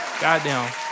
goddamn